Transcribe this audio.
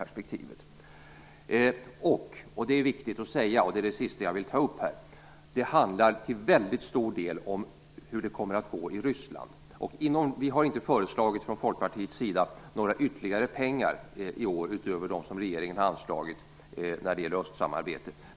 Det handlar också - det är viktigt att säga, och det är det sista jag vill ta upp - till väldigt stor del om hur det kommer att gå i Ryssland. Vi har från Folkpartiets sida inte föreslagit några ytterligare pengar i år utöver dem som regeringen har anslagit när det gäller östsamarbetet.